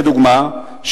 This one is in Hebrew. לדוגמה,